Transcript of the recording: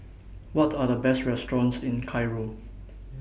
What Are The Best restaurants in Cairo